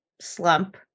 slump